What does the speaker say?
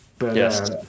Yes